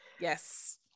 yes